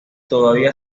todavía